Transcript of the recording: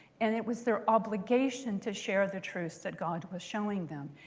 and it was their obligation to share the truths that god was showing them.